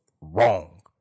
wrong